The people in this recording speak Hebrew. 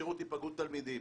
לשירות היפגעות תלמידים.